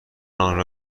آنرا